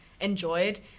enjoyed